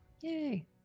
yay